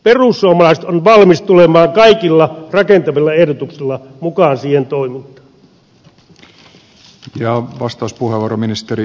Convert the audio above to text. perussuomalaiset on valmis tulemaan kaikilla rakentavilla ehdotuksilla mukaan siihen toimintaan